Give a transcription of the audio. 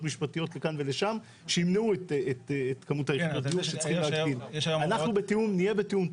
משפטיות לכאן ולשם שימנעו --- אנחנו נהיה בתיאום,